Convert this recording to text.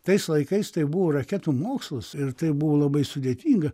tais laikais tai buvo raketų mokslas ir tai buvo labai sudėtinga